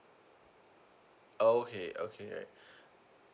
oh okay okay